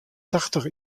tachtich